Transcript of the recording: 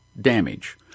damage